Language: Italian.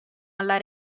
alla